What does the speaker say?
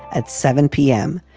at seven p m,